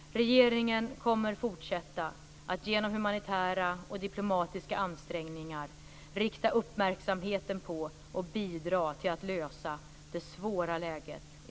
Regeringen kommer att fortsätta att genom humanitära och diplomatiska ansträngningar rikta uppmärksamheten på och bidra till att lösa det svåra läget i